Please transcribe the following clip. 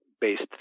Based